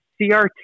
CRT